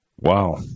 wow